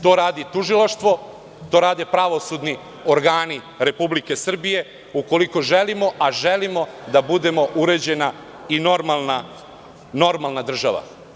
To radi tužilaštvo, to rade pravosudni organi Republike Srbije ukoliko želimo, a želimo da budemo uređena i normalna država.